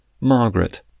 Margaret